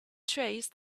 trace